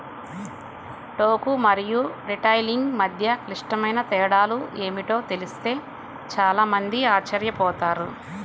టోకు మరియు రిటైలింగ్ మధ్య క్లిష్టమైన తేడాలు ఏమిటో తెలిస్తే చాలా మంది ఆశ్చర్యపోతారు